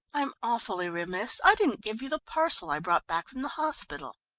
i'm awfully remiss, i didn't give you the parcel i brought back from the hospital.